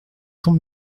cents